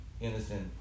innocent